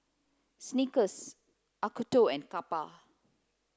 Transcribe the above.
Snickers Acuto and Kappa